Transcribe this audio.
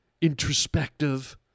introspective